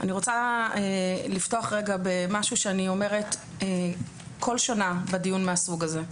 אני רוצה לפתוח רגע במשהו שאני אומרת בכל שנה בדיון מהסוג הזה.